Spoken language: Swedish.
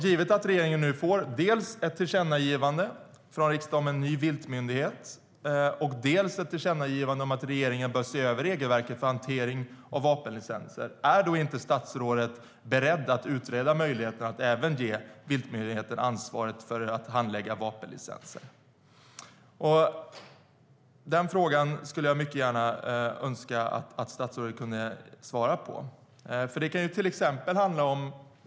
Givet att regeringen dels får ett tillkännagivande från riksdagen om en viltmyndighet, dels får ett tillkännagivande om att se över regelverket för hantering av vapenlicenser vill jag fråga om statsrådet inte är beredd att utreda möjligheten att ge en viltmyndighet ansvaret för att även handlägga vapenlicenser. Det skulle jag mycket gärna vilja att statsrådet svarade på.